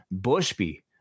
Bushby